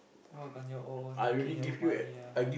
work on your own get your own money ah